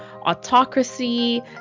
autocracy